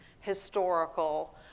historical